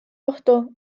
ohtu